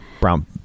brown